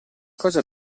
cosa